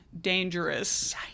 dangerous